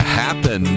happen